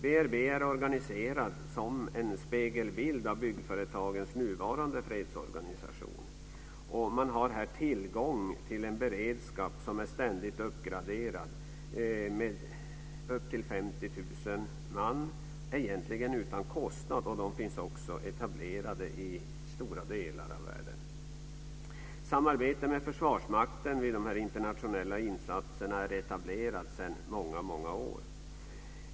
BRB är organiserat som en spegelbild av byggföretagens nuvarande fredsorganisation. Man har här, egentligen utan kostnad, tillgång till en beredskap på 50 000 man som är ständigt uppgraderad. De finns också etablerade i stora delar av världen. Samarbete med Försvarsmakten vid de internationella insatserna är etablerad sedan många år.